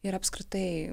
ir apskritai